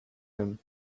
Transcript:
him